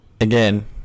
Again